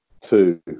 two